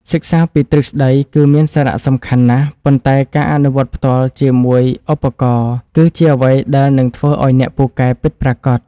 សិក្សាពីទ្រឹស្តីគឺមានសារៈសំខាន់ណាស់ ប៉ុន្តែការអនុវត្តផ្ទាល់ជាមួយឧបករណ៍គឺជាអ្វីដែលនឹងធ្វើឱ្យអ្នកពូកែពិតប្រាកដ។